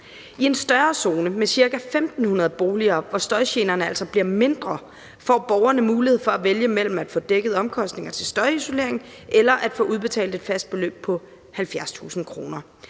I en større zone med ca. 1.500 boliger, hvor støjgenerne altså bliver mindre, får borgerne mulighed for at vælge mellem at få dækket omkostningerne til støjisolering eller at få udbetalt et fast beløb på 70.000 kr.